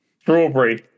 Strawberry